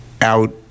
out